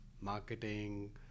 marketing